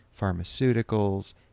pharmaceuticals